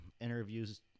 interviews